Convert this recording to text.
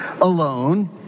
alone